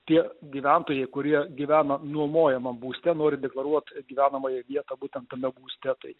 tie gyventojai kurie gyvena nuomojamam būste nori deklaruot gyvenamąją vietą būtent tame būste tai